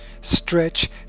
Stretch